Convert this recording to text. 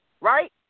right